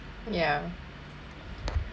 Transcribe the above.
ya